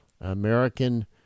American